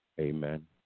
Amen